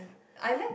I like